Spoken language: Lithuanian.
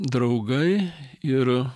draugai ir